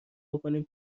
بکنیم